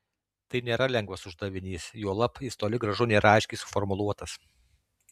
tai nėra lengvas uždavinys juolab jis toli gražu nėra aiškiai suformuluotas